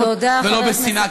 ולא בשנאה,